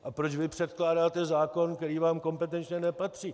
A proč vy předkládáte zákon, který vám kompetenčně nepatří?